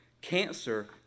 Cancer